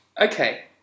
Okay